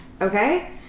Okay